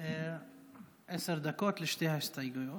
עשר דקות לשתי ההסתייגויות.